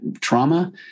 trauma